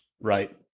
right